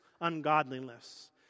ungodliness